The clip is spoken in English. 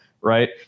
right